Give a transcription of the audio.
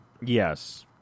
Yes